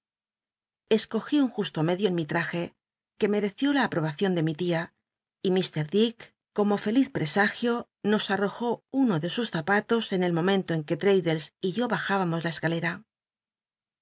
un justo medio en mi ltaje que mereció la aprobacion de mi tia y ilr dick como feliz pt'csagio nos mojó uno de sus zapatos en el momento en que l'rnddles y yo bajfibamos la cscalem